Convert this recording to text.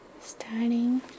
Starting